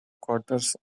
quarters